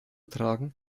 tragen